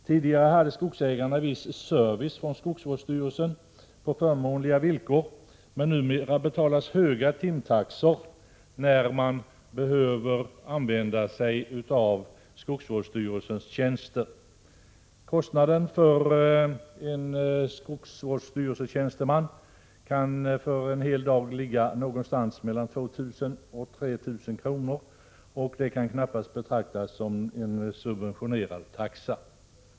Tidigare hade skogsägarna viss service från skogsvårdsstyrelserna på förmånliga villkor, men numera betalas höga timtaxor när man behöver utnyttja skogsvårdsstyrelsernas tjänster. När kostnaden för en skogsvårdsstyrelsetjänsteman en hel dag kan ligga någonstans mellan 2 000 och 3 000 kr. kan det knappast betraktas som en subventionerad taxa.